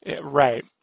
right